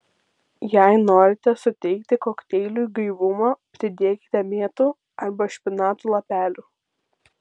jei norite suteikti kokteiliui gaivumo pridėkite mėtų arba špinatų lapelių